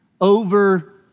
over